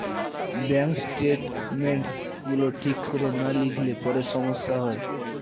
bank statements গুলো ঠিক করে না লিখলে পরে সমস্যা হয়